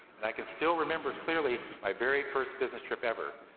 and i can still remember clearly my very first business trip ever,